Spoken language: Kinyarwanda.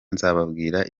nzababwira